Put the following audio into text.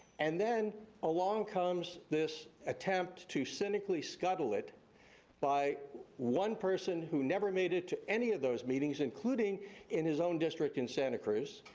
and then along comes this attempt to cynically stubble it by one person who never made it to any of those meetings, including in his own district in santa cruz,